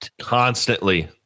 Constantly